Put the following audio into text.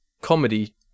comedy